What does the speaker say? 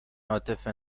عاطفه